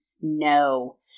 No